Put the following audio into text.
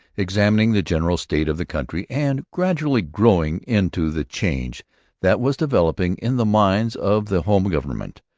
examining the general state of the country, and gradually growing into the change that was developing in the minds of the home government,